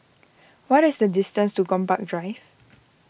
what is the distance to Gombak Drive